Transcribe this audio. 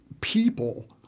people